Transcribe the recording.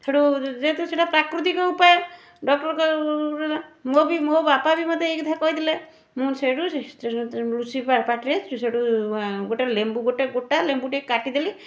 ସେଇଠୁ ଯେହେତୁ ସେଇଟା ପ୍ରାକୃତିକ ଉପାୟ ଡକ୍ଟର କହିଲା ମୋ ବି ମୋ ବାପା ବି ଏଇ କଥା କହିଥିଲେ ମୁଁ ସେଇଠୁ ଲୁସି ପାଟିରେ ସୁ ସେଇଠୁ ଗୋଟେ ଲେମ୍ବୁ ଗୋଟେ ଗୋଟା ଲେମ୍ବୁଟେ କାଟି ଦେଲି